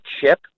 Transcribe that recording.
chip